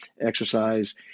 exercise